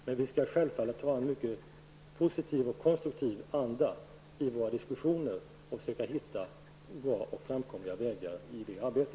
Men vi skall självfallet föra våra diskussioner i en mycket positiv och konstruktiv anda och försöka hitta bra och framkomliga vägar i detta arbete.